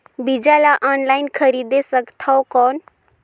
बीजा ला ऑनलाइन खरीदे सकथव कौन?